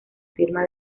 firma